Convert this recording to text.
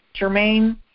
Jermaine